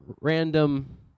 random